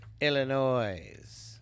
Illinois